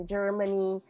Germany